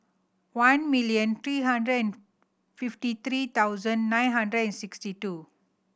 one million three hundred and fifty three thousand nine hundred and sixty two